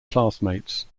classmates